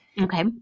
Okay